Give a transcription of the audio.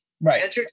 Right